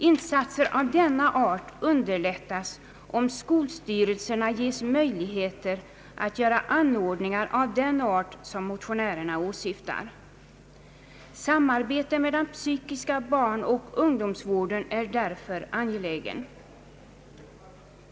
Insatser av denna art underlättas om skolstyrelserna ges möjligheter att göra anordningar av den art som motionärerna åsyftar. Samarbete med den psykiska barnaoch ungdomsvården är därför angeläget.